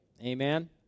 Amen